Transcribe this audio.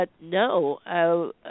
no